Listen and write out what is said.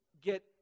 get